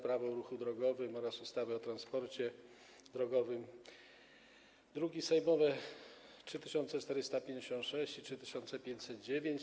Prawo o ruchu drogowym oraz ustawy o transporcie drogowym, druki sejmowe nr 3456 i 3509.